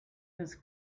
his